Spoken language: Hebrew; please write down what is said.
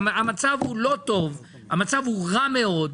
המצב לא טוב, המצב רע מאוד,